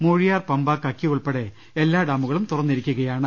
മൂഴിയാർ പമ്പ കക്കി ഉൾപ്പെടെ എല്ലാ ഡാമുകളും തുറന്നിരിക്കുകയാണ്